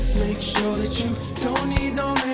sure that you don't need no